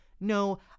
no